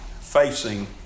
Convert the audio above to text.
facing